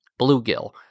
bluegill